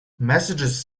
messages